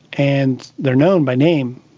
and they are known by name,